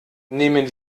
nehmen